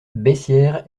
bessières